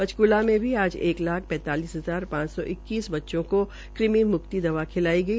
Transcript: पंचकूला में भी आज एक लाख पैंतालिस हजार पांच सौ इक्कीस बच्चों को कृमि मुक्ति दवा खिलाई गई